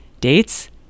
Dates